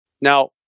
Now